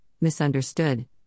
misunderstood